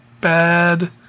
bad